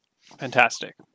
Fantastic